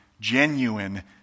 Genuine